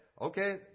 Okay